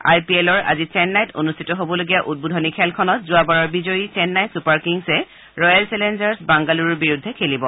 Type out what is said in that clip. আই P এলৰ আজি চেন্নাইত অনুষ্ঠিত হবলগীয়া উদ্বোধনী খেলখনত যোৱাবাৰৰ বিজয়ী চেন্নাই ছুপাৰ কিংছে ৰয়েল চেলেঞ্জাৰ্ছ বাংগালুৰুৰ বিৰুদ্ধে খেলিব